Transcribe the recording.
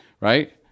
right